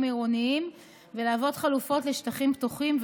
עירוניים ולהוות חלופות לשטחים פתוחים,